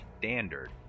standard